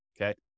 okay